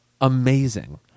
amazing